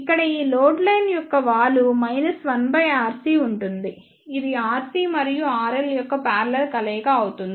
ఇక్కడ ఈ load line యొక్క వాలు 1 rc ఉంటుంది ఇది RC మరియు RL యొక్క పారలెల్ కలయిక అవుతుంది